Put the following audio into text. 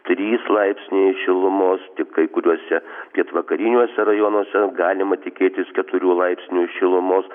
trys laipsniai šilumos tik kai kuriuose pietvakariniuose rajonuose galima tikėtis keturių laipsnių šilumos